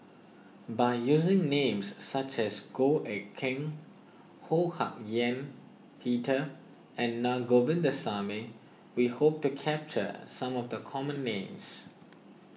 by using names such as Goh Eck Kheng Ho Hak Ean Peter and Naa Govindasamy we hope to capture some of the common names